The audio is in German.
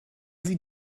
sie